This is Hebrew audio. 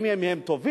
אם הם טובים,